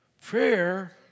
Prayer